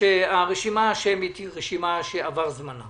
שהרשימה השמית היא רשימה שעבר זמנה